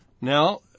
Now